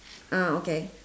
ah okay